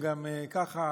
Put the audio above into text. גם ככה